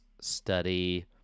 study